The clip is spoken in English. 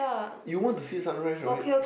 you want to see sunrise right